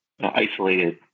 isolated